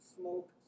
smoke